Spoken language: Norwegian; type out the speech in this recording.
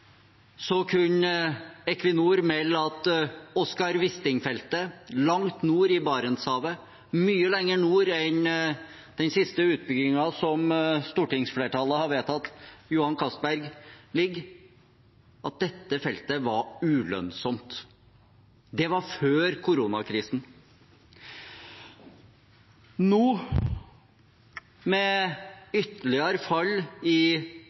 kunne Equinor melde at Wisting-feltet langt nord i Barentshavet – mye lenger nord enn den siste utbyggingen som stortingsflertallet har vedtatt, Johan Castberg, ligger – var ulønnsomt. Det var før koronakrisen. Nå, med ytterligere fall i